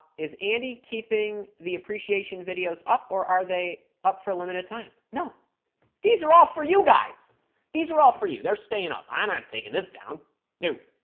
is andy keeping the appreciation videos up or are they up for a limited time no these are all for you guys these are all for you they're staying up i'm not taking this down no